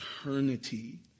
eternity